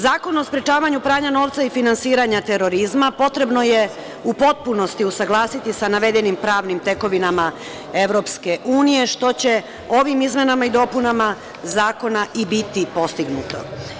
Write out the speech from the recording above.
Zakon o sprečavanju pranja novaca i finansiranja terorizma potrebno je u potpunosti usaglasiti sa navedenim pravnim tekovinama EU, što će ovim izmenama i dopunama zakona i biti postignuto.